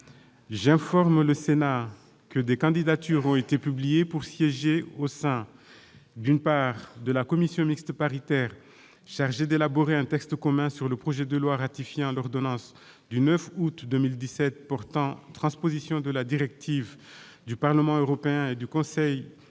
J'informe le Sénat que des candidatures ont été publiées pour siéger au sein :- d'une part, de la commission mixte paritaire chargée d'élaborer un texte commun sur le projet de loi ratifiant l'ordonnance n° 017-1252 du 9 août 2017 portant transposition de la directive 2015/2366 du Parlement européen et du Conseil du